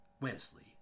Wesley